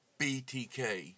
BTK